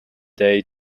day